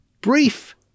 brief